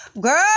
Girl